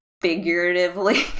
figuratively